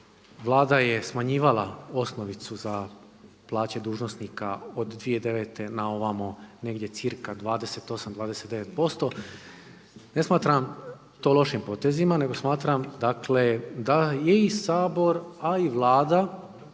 Vlada je smanjivala osnovicu za plaće dužnosnika od 2009. na ovamo negdje cca. 28, 29%. Ne smatram to lošim potezima nego smatram dakle da je i Sabor a i Vlada